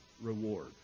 reward